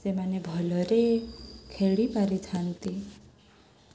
ସେମାନେ ଭଲରେ ଖେଳି ପାରିଥାନ୍ତି